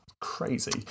Crazy